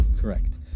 Correct